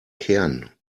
kern